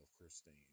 christine